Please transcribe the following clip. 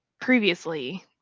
Previously